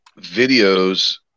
videos